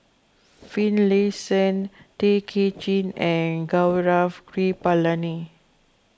Finlayson Tay Kay Chin and Gaurav Kripalani